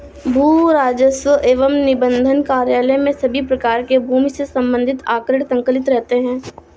भू राजस्व एवं निबंधन कार्यालय में सभी प्रकार के भूमि से संबंधित आंकड़े संकलित रहते हैं